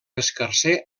escarser